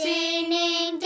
Singing